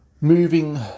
Moving